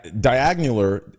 diagonal